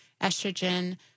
estrogen